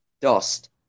Dust